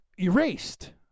erased